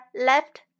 left